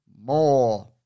more